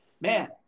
man